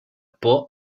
por